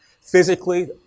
physically